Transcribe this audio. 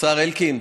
השר אלקין,